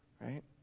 right